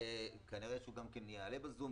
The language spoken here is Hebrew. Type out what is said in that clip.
כנראה שהוא גם יעלה בזום,